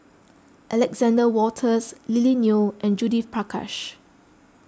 Alexander Wolters Lily Neo and Judith Prakash